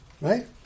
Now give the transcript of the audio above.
Right